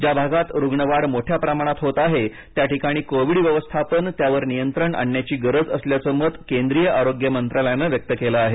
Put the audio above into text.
ज्या भागात रुग्ण वाढ मोठ्या प्रमाणत होत आहे त्या ठिकाणी कोविड व्यवस्थापन त्यावर नियंत्रण आणण्याची गरज असल्याचं मत केंद्रीय आरोग्य मंत्रालयानं व्यक्त केलं आहे